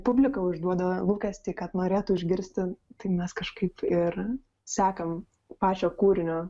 publika užduoda lūkestį kad norėtų išgirsti tai mes kažkaip ir sekam pačio kūrinio